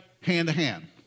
hand-to-hand